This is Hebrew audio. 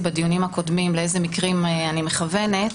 בדיונים הקודמים לאיזה מקרים אני מכוונת.